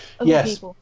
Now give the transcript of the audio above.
Yes